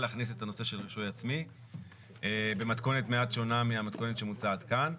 להכניס את הנושא של רישוי עצמי במתכונת מעט שונה מהמתכונת שמוצעת כאן.